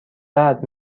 درد